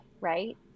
right